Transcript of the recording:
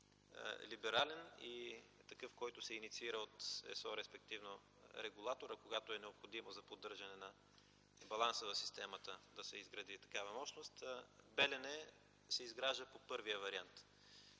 либерален, и такъв, който се инициира от ресор, респективно регулатор, а когато е необходимо за поддържане на баланса на системата, да се изгради такава мощност. „Белене” се изгражда по първия вариант.